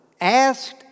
asked